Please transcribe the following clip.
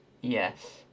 Yes